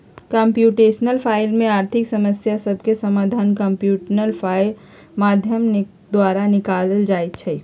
computational finance में आर्थिक समस्या सभके समाधान कंप्यूटेशनल माध्यम द्वारा निकालल जाइ छइ